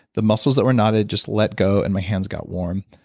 the muscles that were knotted just let go and my hands got warm.